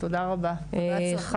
תודה רבה ובהצלחה.